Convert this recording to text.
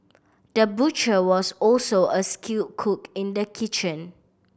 the butcher was also a skilled cook in the kitchen